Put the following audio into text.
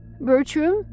Bertram